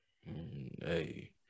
Hey